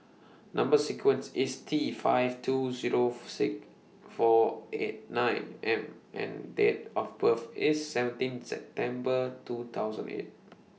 Number sequence IS T five two Zero six four eight nine M and Date of birth IS seventeen September two thousand eight